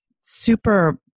super